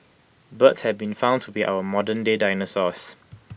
birds have been found to be our modernday dinosaurs